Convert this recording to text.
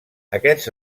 aquests